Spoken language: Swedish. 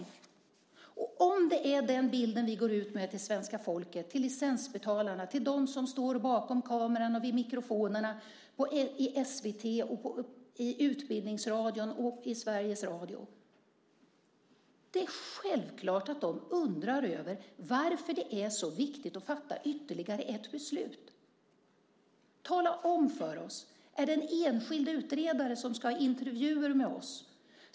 Och om det är den bild som vi går ut med till svenska folket, till licensbetalarna, till dem som står bakom kameran och vid mikrofonerna i SVT, i Utbildningsradion och i Sveriges Radio, så är det självklart att de undrar över varför det är så viktigt att fatta ytterligare ett beslut. Tala om för oss: Är det en enskild utredare som ska ha intervjuer med oss?